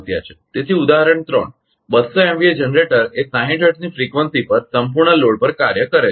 તેથી ઉદાહરણ 3 200 MVA generator એ 60 હર્ટ્ઝની ફ્રીકવંસી પર સંપૂર્ણ લોડ પર કાર્ય કરે છે